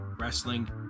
wrestling